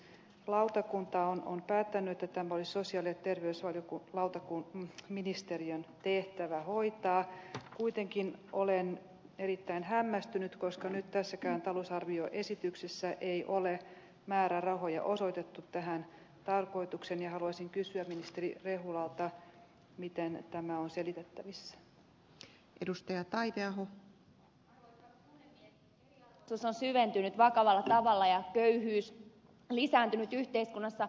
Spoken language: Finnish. lautakunta on päättänyt että moni sosiaali ja tervysverkon kautta kun ministeriön tehtävää hoitaa kuitenkin olen erittäin hämmästynyt koska nyt tässäkään talousarvioesityksessä ei ole määrärahoja osoitettu tähän tarkoitukseen ja haluaisin kysyä ministeri rehulalta miten eriarvoisuus on syventynyt vakavalla tavalla ja köyhyys lisääntynyt yhteiskunnassa